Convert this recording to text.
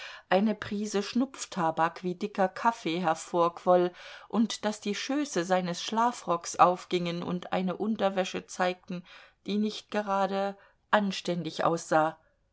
eine prise schnupftabak wie dicker kaffee hervorquoll und daß die schöße seines schlafrocks aufgingen und eine unterwäsche zeigten die nicht gerade anständig aussah